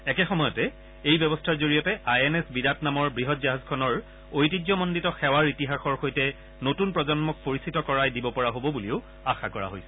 একে সময়তে এই ব্যৱস্থাৰ জৰিয়তে আই এন এছ বিৰাট নামৰ বৃহৎ জাহাজখনৰ ঐতিহ্যমণ্ডিত সেৱাৰ ইতিহাসৰ সৈতে নতুন প্ৰজন্মক পৰিচিত কৰাই দিব পৰা হ'ব বুলিও আশা কৰা হৈছে